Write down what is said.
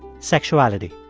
sexuality.